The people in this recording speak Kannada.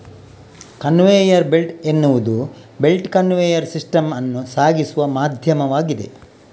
ಕನ್ವೇಯರ್ ಬೆಲ್ಟ್ ಎನ್ನುವುದು ಬೆಲ್ಟ್ ಕನ್ವೇಯರ್ ಸಿಸ್ಟಮ್ ಅನ್ನು ಸಾಗಿಸುವ ಮಾಧ್ಯಮವಾಗಿದೆ